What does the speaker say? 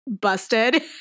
busted